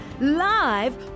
live